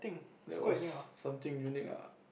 that was something unique lah